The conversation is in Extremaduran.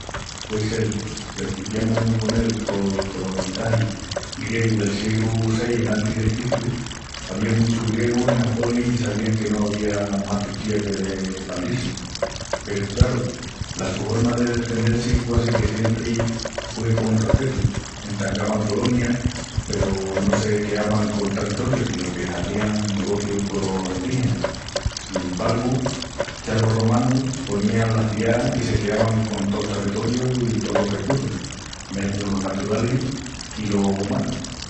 Prencipiamus, un ponel, con el colonizagi griegu del siegru seis enantis de Cristu. Avían muchus griegus enas polis i sabián que no avía más tutía que despandil-si. Peru, craru la su horma de destendel-si quasi que siempri hue con respetu. Entangavan colonias peru no se queavan col territoriu sino que hazían negocius colos endígenas. Sin embargu, ya los romanus ponían la ciá i se queavan con tol territoriu i tolos sus recussus, mesmu los naturalis i los umanus.